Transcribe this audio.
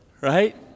right